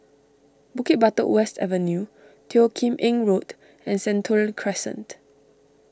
Bukit Batok West Avenue Teo Kim Eng Road and Sentul Crescent